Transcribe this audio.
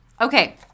Okay